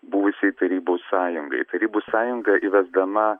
buvusiai tarybų sąjungai tarybų sąjunga įvesdama